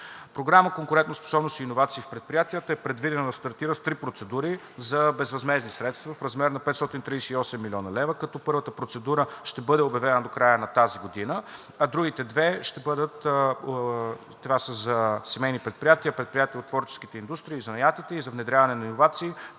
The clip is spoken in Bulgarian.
Програма „Конкурентоспособност и иновации в предприятията“ е предвидено да стартира с три процедури за безвъзмездни средства в размер на 538 млн. лв., като първата процедура ще бъде обявена до края на тази година, а другите две – за семейни предприятия, предприятия от творческата индустрия и занаятите и за внедряване на иновации